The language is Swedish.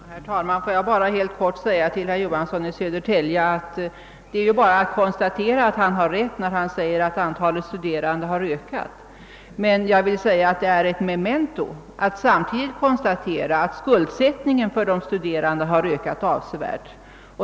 Herr talman! Får jag bara helt kort säga till herr Johansson i Södertälje, att han har rätt i att antalet studerande ökat. Men det är ett memento när man kan konstatera att samtidigt också skuldsättningen för de studerande ökat avsevärt.